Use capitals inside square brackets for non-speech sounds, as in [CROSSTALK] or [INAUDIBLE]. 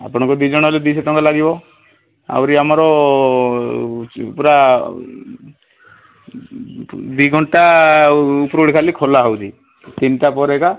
ଆପଣଙ୍କର ଦୁଇଜଣ [UNINTELLIGIBLE] ଦୁଇଶହ ଟଙ୍କା ଲାଗିବ ଆହୁରି ଆମର ପୂରା ଦୁଇ ଘଣ୍ଟା ଉପରଓଳି ଖାଲି ଖୋଲା ହେଉଛି ତିନିଟା ପରେ ଏକା